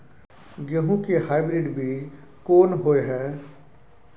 गेहूं के हाइब्रिड बीज कोन होय है?